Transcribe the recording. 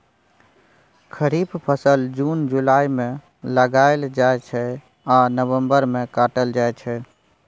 खरीफ फसल जुन जुलाई मे लगाएल जाइ छै आ नबंबर मे काटल जाइ छै